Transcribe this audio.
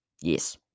yes